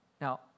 Now